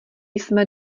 jsme